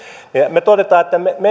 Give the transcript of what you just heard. me toteamme että